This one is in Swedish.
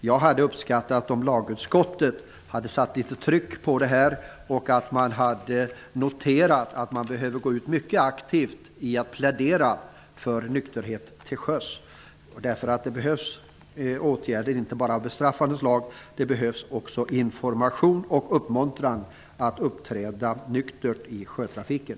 Jag hade uppskattat om lagutskottet hade satt litet tryck på detta och noterat att man behöver gå ut mycket aktivt och plädera för nykterhet till sjöss. Det behövs åtgärder, inte bara av bestraffande slag. Det behövs också information och uppmuntran att uppträda nyktert i sjötrafiken.